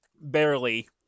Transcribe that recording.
Barely